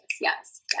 yes